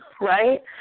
right